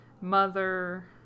mother